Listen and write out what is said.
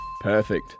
Perfect